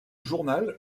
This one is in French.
journal